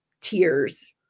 tears